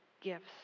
gifts